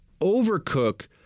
overcook